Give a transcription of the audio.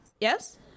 Yes